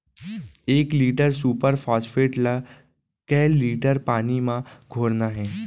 एक litre super phosphate ला कए लीटर पानी मा घोरना हे?